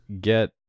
Get